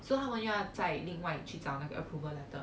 so 他们又要再另外找那个 approval letter